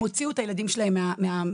הם הוציאו את הילדים שלהם מהמסגרות,